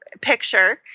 picture